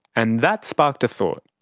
and that sparked a thought.